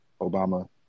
Obama